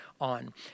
on